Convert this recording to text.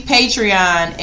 Patreon